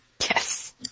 Yes